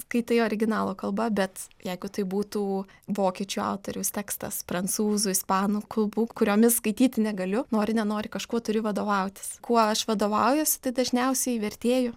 skaitai originalo kalba bet jeigu tai būtų vokiečių autoriaus tekstas prancūzų ispanų kalbų kuriomis skaityti negaliu nori nenori kažkuo turi vadovautis kuo aš vadovaujuos dažniausiai vertėju